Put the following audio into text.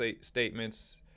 statements